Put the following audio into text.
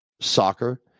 soccer